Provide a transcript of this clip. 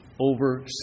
over